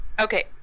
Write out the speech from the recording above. Okay